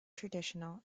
traditional